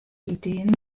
ideen